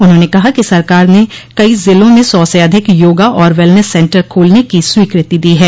उन्होंने कहा कि सरकार ने कई ज़िलों में सौ से अधिक योगा और वेलनेस सेन्टर खोलने की स्वीकृति दी है